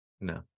No